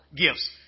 gifts